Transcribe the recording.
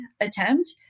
attempt